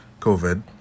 COVID